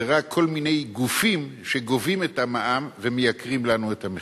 זה רק כל מיני גופים שגובים את המע"מ ומייקרים לנו את המחיר.